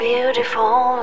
Beautiful